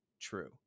true